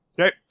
Okay